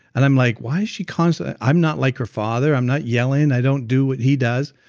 and i'm like, why is she constantly. i'm not like her father, i'm not yelling, i don't do what he does,